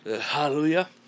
Hallelujah